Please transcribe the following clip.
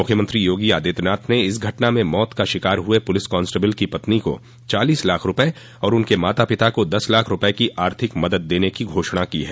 मुख्यमंत्री योगी आदित्यनाथ ने इस घटना में मौत का शिकार हये पुलिस कांस्टेबिल की पत्नी को चालीस लाख रूपये और उनके माता पिता को दस लाख रूपये की आर्थिक मदद देने को घोषणा की है